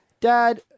Dad